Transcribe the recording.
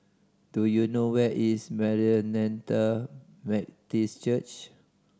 do you know where is Maranatha Baptist Church